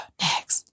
next